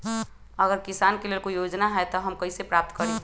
अगर किसान के लेल कोई योजना है त हम कईसे प्राप्त करी?